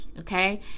Okay